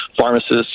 pharmacists